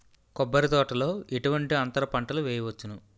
కొబ్బరి తోటలో ఎటువంటి అంతర పంటలు వేయవచ్చును?